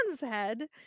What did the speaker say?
head